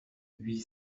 huit